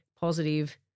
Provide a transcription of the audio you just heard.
positive